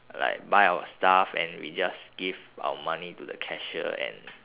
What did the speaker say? like buy our stuff and we just give our money to the cashier and